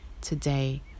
today